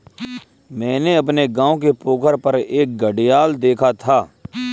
मैंने अपने गांव के पोखर पर एक घड़ियाल देखा था